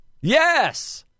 Yes